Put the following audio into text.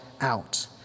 out